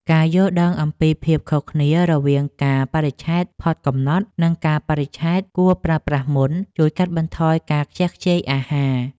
ការយល់ដឹងអំពីភាពខុសគ្នារវាងកាលបរិច្ឆេទផុតកំណត់ និងកាលបរិច្ឆេទគួរប្រើប្រាស់មុន ជួយកាត់បន្ថយការខ្ជះខ្ជាយអាហារ។